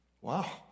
Wow